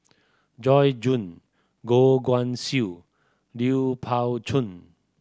Joyce Jue Goh Guan Siew Lui Pao Chuen